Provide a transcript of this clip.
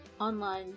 online